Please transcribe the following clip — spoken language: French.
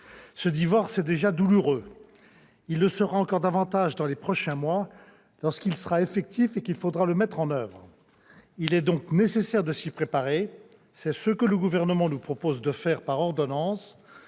Ce divorce est déjà douloureux. Il le sera encore davantage dans les prochains mois lorsqu'il sera effectif et qu'il faudra le mettre en oeuvre. Il est donc nécessaire de s'y préparer. C'est ce que le Gouvernement nous propose de faire par voie d'ordonnances